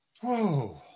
whoa